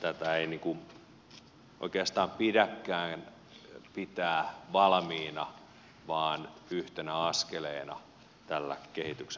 tätä ei oikeastaan pidäkään pitää valmiina vaan yhtenä askeleena tällä kehityksen polulla